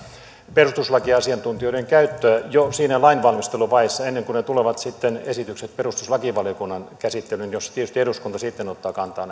perustuslakiasiantuntijoiden käyttöä jo siinä lainvalmisteluvaiheessa ennen kuin tulevat sitten esitykset perustuslakivaliokunnan käsittelyyn jossa tietysti eduskunta sitten ottaa kantaa